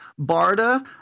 BARDA